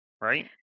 right